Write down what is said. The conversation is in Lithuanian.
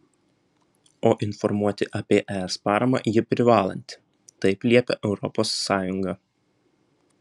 o informuoti apie es paramą ji privalanti taip liepia europos sąjunga